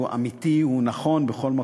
הוא אמיתי והוא נכון בכל מקום.